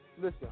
listen